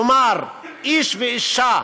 כלומר איש ואישה,